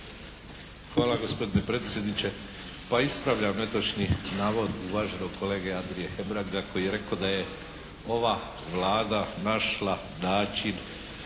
Hvala gospodine predsjedniče. Pa ispravljam netočni navod uvaženog kolege Andrije Hebranga koji je rekao da je ova Vlada našla način